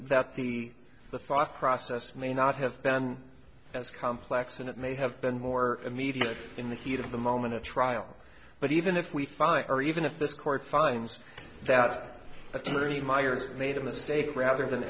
that the the thought process may not have been as complex and it may have been more immediate in the heat of the moment a trial but even if we find or even if the court finds that a theory myers made a mistake rather than